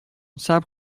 صبر